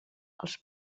als